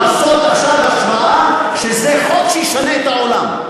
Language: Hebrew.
לעשות עכשיו השוואה ולומר שזה חוק שישנה את העולם.